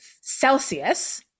Celsius